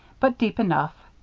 but deep enough.